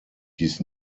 dies